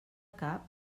cap